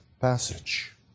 passage